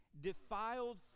defiled